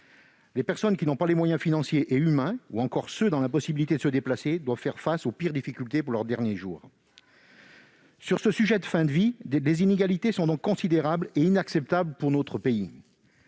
les personnes qui n'en ont pas les moyens financiers et humains ou celles qui sont dans l'impossibilité de se déplacer doivent faire face aux pires difficultés dans leurs derniers jours. Sur ce sujet, les inégalités sont considérables et elles sont inacceptables pour notre pays.